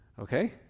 okay